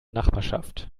nachbarschaft